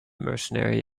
mercenary